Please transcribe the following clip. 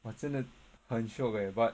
!wah! 真的很 shiok leh but